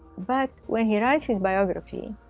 but when he writes his biography,